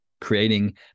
creating